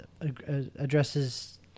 addresses